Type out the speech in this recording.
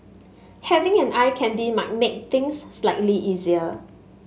having an eye candy might make things slightly easier